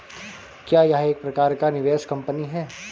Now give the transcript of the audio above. क्या यह एक प्रकार की निवेश कंपनी है?